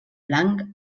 blanc